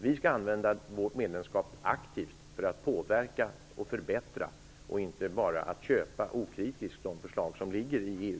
Vi skall använda vårt medlemskap aktivt för att påverka och förbättra, och inte bara okritiskt anta de förslag som finns i EU.